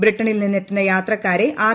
ബ്രിട്ടനിൽ നിന്നെത്തുന്ന യാത്രക്കാരെ ആർ